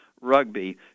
rugby